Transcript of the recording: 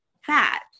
fat